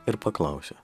ir paklausė